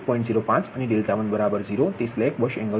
05 અને 𝛿10 તે slack bus angle છે